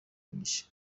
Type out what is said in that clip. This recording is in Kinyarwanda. mugisha